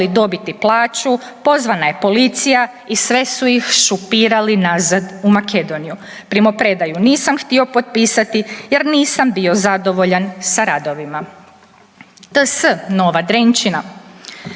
TS, Nova Drenčina: